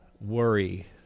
worry